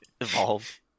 evolve